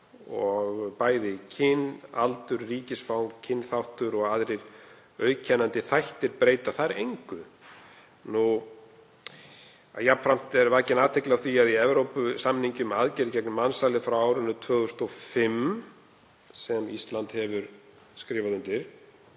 og kyn, aldur, ríkisfang, kynþáttur og aðrir auðkennandi þættir breyti þar engu. Jafnframt er vakin athygli á því að í Evrópusamningi um aðgerðir gegn mansali frá árinu 2005, sem Ísland hefur skrifað undir,